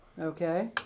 Okay